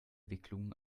wicklungen